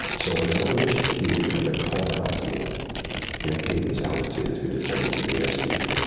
so, on its own initiative, he began to call out to me in a cadence altitude as we descended in the airspeed,